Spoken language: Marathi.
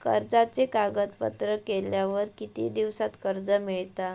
कर्जाचे कागदपत्र केल्यावर किती दिवसात कर्ज मिळता?